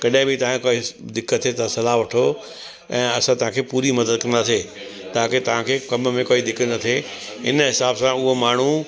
कॾहिं बि तव्हांखे कोई दिक़त थिए त सलाहु वठो ऐं असां तव्हांखे पूरी मदद कंदासीं ताकी तव्हांखे कम में कोई दिकत न थिए इन हिसाब सां उहो माण्हू